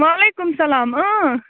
وعلیکُم سَلام